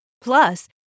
Plus